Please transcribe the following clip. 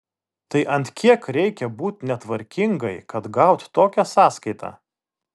tai ant kiek reikia būt netvarkingai kad gaut tokią sąskaitą